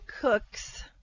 cooks